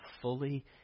fully